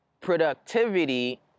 productivity